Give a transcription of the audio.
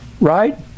Right